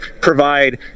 provide